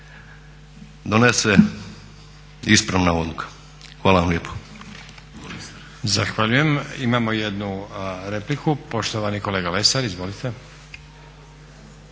donese ispravna odluka. Hvala vam lijepo.